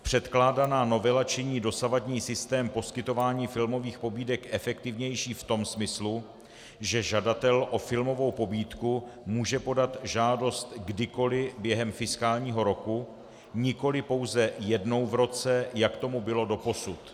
Předkládaná novela činí dosavadní systém poskytování filmových pobídek efektivnější v tom smyslu, že žadatel o filmovou pobídku může podat žádost kdykoli během fiskálního roku, nikoli pouze jednou v roce, jak tomu bylo doposud.